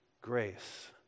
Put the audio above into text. grace